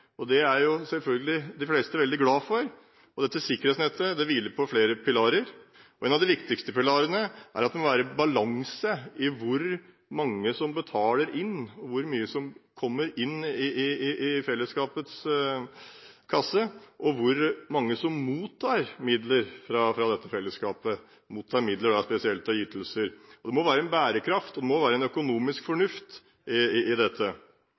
og det er selvfølgelig de fleste veldig glad for – og dette sikkerhetsnettet hviler på flere pilarer. En av de viktigste pilarene er at det må være balanse mellom hvor mange som betaler inn, hvor mye som kommer inn i fellesskapets kasse, og hvor mange som mottar midler fra dette fellesskapet, og da spesielt av ytelser. Det må være en bærekraft og en økonomisk fornuft i dette. Det er også viktig at kontrollmekanismene ikke må